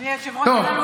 אדוני היושב-ראש, אני,